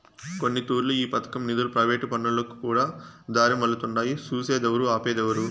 కొన్నితూర్లు ఈ పదకం నిదులు ప్రైవేటు పనులకుకూడా దారిమల్లతుండాయి సూసేదేవరు, ఆపేదేవరు